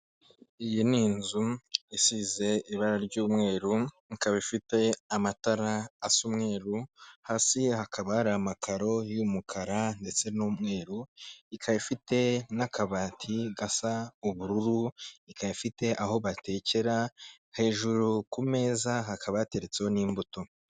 Iyi ni inzu isize ibara ry'umweru, ikaba ifite amatara asa umweru, hasi hakaba hari amakaro y'umukara ndetse n'umweru, ikaba ifite n'akabati gasa ubururu, ikaba ifite aho batekera, hejuru ku meza hakaba ba yateretswe n'imbuto.